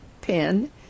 pin